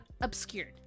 obscured